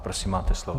Prosím, máte slovo.